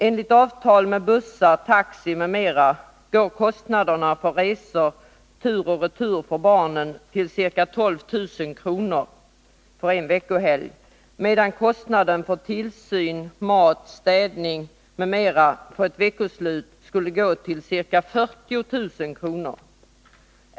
Enligt avtal med bussar, taxi m.m. uppgår kostnaderna för resor tur och retur en veckohelg för barnen till 12 000 kr., medan kostnaderna för tillsyn, mat, städning m.m. under ett veckoslut skulle uppgå till ca 40 000 kr.